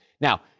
Now